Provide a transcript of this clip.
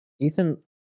Ethan